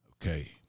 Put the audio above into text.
Okay